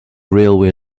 railway